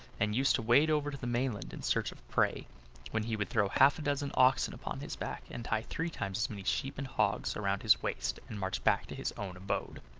and used to wade over to the mainland in search of prey when he would throw half a dozen oxen upon his back, and tie three times as many sheep and hogs round his waist, and march back to his own abode.